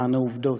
למען העובדות.